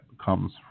comes